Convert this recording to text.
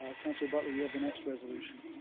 ah councillor butler, you have the next resolution.